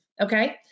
okay